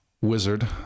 wizard